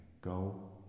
Go